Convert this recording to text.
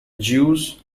jews